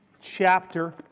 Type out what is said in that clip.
chapter